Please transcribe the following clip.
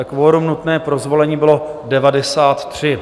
Kvorum nutné pro zvolení bylo 93.